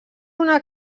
una